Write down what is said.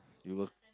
you work